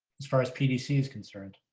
as far as pvc is concerned.